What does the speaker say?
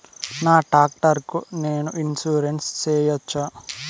నా టాక్టర్ కు నేను ఇన్సూరెన్సు సేయొచ్చా?